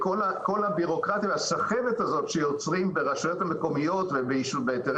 הרי כל הבירוקרטיה והסחבת הזאת שיוצרים ברשויות מקומיות ובהיתרי